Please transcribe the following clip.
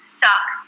suck